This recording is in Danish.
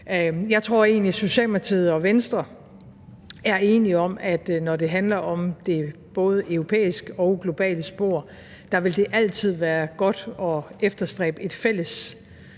at Socialdemokratiet og Venstre er enige om, både når det handler om det europæiske og globale spor, at det altid vil være godt at efterstræbe et fælles